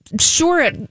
sure